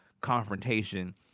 confrontation